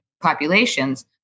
populations